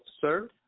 sir